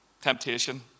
Temptation